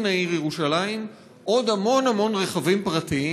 העיר ירושלים עוד המון המון רכבים פרטיים,